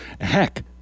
Heck